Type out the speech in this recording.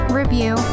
review